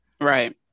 right